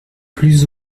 plus